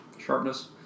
sharpness